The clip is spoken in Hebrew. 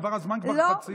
עבר הזמן, כבר חצי דקה יותר.